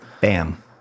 Bam